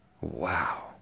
Wow